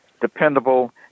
dependable